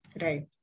Right